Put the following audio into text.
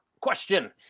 question